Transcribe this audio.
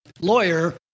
lawyer